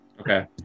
Okay